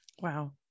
Wow